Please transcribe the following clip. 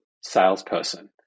salesperson